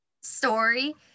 story